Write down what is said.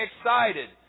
excited